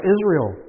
Israel